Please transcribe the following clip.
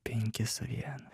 penki su vienu